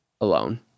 alone